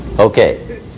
Okay